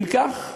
אם כך,